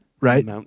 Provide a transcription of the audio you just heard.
right